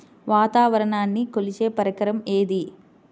వాతావరణాన్ని కొలిచే పరికరం ఏది?